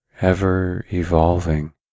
ever-evolving